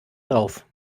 drauf